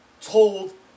told